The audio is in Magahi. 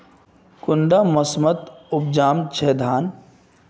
कुंडा मोसमोत उपजाम छै धान?